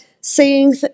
seeing –